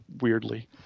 weirdly